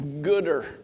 gooder